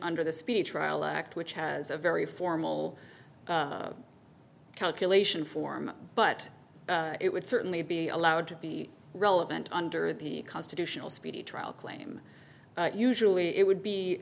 under the speedy trial act which has a very formal calculation form but it would certainly be allowed to be relevant under the constitutional speedy trial claim usually it would be